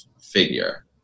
figure